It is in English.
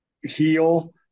heal